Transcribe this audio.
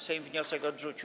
Sejm wniosek odrzucił.